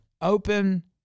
open